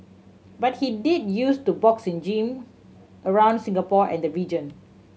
but he did use to box in gym around Singapore and the region